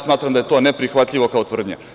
Smatram da je to neprihvatljivo kao tvrdnja.